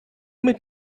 mit